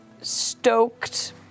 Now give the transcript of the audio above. stoked